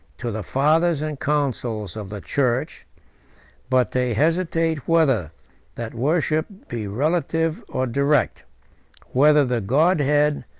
to the fathers and councils of the church but they hesitate whether that worship be relative or direct whether the godhead,